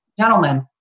gentlemen